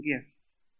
gifts